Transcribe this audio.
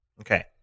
Okay